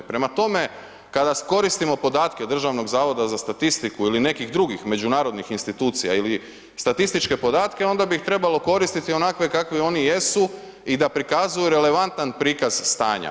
Prema tome, kada koristimo podatke Državnog zavoda za statistiku ili nekih drugih međunarodnih institucija ili statističke podatke onda bi ih trebalo koristiti onakve kakvi oni jesu i da prikazuju relevantan prikaz stanja.